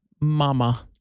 mama